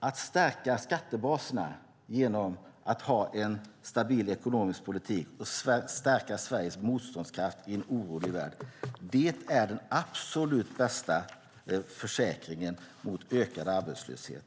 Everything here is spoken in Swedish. Att stärka skattebaserna genom att ha en stabil ekonomisk politik och stärka Sveriges motståndskraft i en orolig värld är den absolut bästa försäkringen mot ökad arbetslöshet.